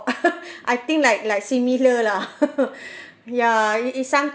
I think like like similar lah ya it it some